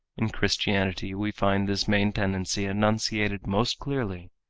in christianity we find this main tendency enunciated most clearly.